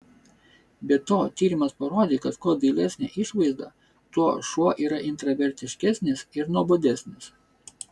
be to tyrimas parodė kad kuo dailesnė išvaizda tuo šuo yra intravertiškesnis ir nuobodesnis